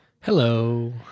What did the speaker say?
Hello